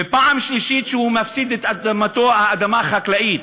ופעם שלישית, שהוא מפסיד את אדמתו, אדמה חקלאית.